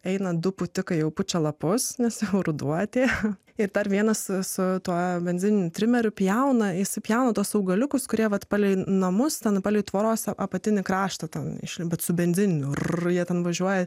eina du pūtikai pučia lapus nes ruduo atėjo ir dar vienas su su tuo benzininiu trimeriu pjauna įsipjaunu tuos augaliukus kurie vat palei namus tada palei tvoros apatinį kraštą išlindo su benzininiu jie ten važiuoja